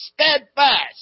steadfast